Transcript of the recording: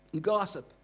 Gossip